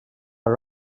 are